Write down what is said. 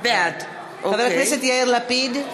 בעד יאיר לפיד,